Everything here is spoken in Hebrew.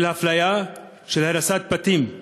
של אפליה, של הריסת בתים.